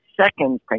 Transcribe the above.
second